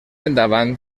endavant